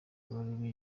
kabarebe